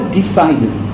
decided